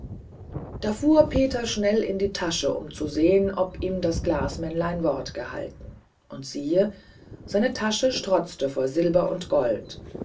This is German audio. da fuhr peter schnell in die tasche zu sehen ob ihm das glasmännlein wort gehalten und siehe seine tasche strotzte von silber und gold